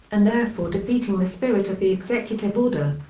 and therefore defeating the spirit of the executive order.